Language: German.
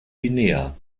guinea